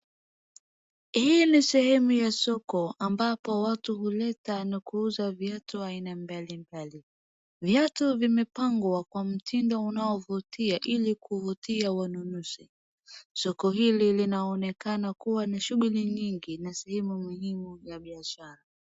hii ni sehemu ya soko ambapo watu huleta na kuuza viatu vya aina mbalimbali ,viatu vimepangwa kwa mtindo unaovutia ili kuvutia wanunuzi. Soko hili linaonekana kuwa na shughuli nyingi muhimu muhimu ya biashara